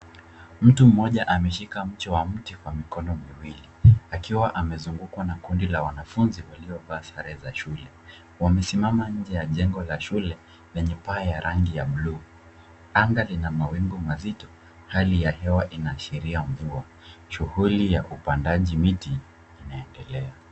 Mtu mmoja ameshika mche wa mti kwa mikono miwili akiwa amezungukwa na kundi la wanafunzi waliovaa sare za shule. Wamesimama nje ya jengo la shule lenye paa ya rangi ya blue . Anga lina mawingu mazito, hali ya hewa inaashiria mvua. Shughuli ya upandaji miti inaendelea.